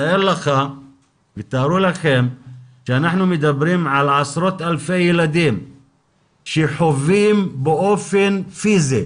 תאר לך ותארו לכם שאנחנו מדברים על עשרות אלפי ילדים שחווים באופן פיזי,